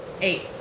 Eight